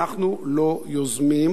אנחנו לא יוזמים,